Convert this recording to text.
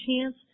chance